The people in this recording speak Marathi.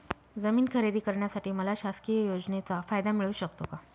जमीन खरेदी करण्यासाठी मला शासकीय योजनेचा फायदा मिळू शकतो का?